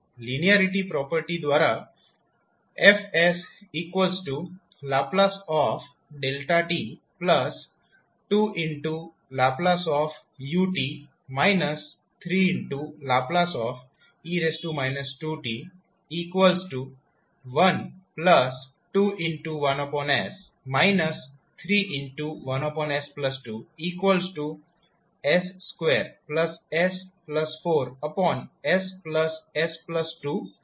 linearity property દ્વારા Fℒ 2ℒ u 3ℒ e 2t121s 31s2s2s4ss2થશે